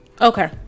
okay